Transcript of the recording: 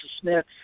Smith